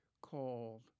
called